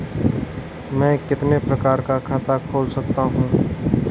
मैं कितने प्रकार का खाता खोल सकता हूँ?